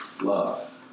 love